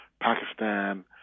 Pakistan